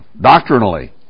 doctrinally